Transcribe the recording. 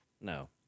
No